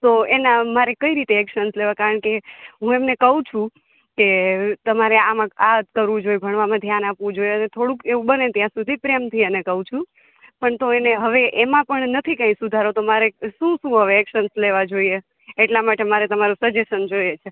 તો એનાં મારે કંઈ રીતે એક્શન્સ લેવા કારણ કે હું એમને કહું છું કે તમારે આમાં આજ કરવું જોએ ભણવામાં ધ્યાન આપવું જોઈએ થોડુંક એવું બને ત્યાં સુધી પ્રેમથી એને કહું છું પણ તો એને હવે એમાં પણ નથી કંઇ સુધારો તો મારે શું શું હવે એક્શન્સ લેવા જોઇએ એટલા માટે મારે તમારા સજેશન જોઇયે છે